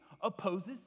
opposes